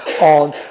on